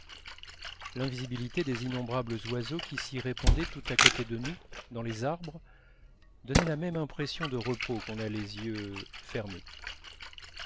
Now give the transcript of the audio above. l'invisibilité des innombrables oiseaux qui s'y répondaient tout à côté de nous dans les arbres donnait la même impression de repos qu'on a les yeux fermés